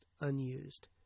unused